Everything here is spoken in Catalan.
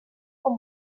com